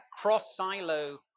cross-silo